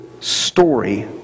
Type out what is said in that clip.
story